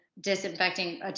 disinfecting